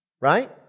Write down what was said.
right